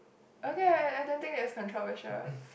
okay I I don't think that's controversial